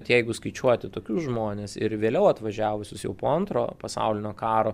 tai jeigu skaičiuoti tokius žmones ir vėliau atvažiavusius jau po antro pasaulinio karo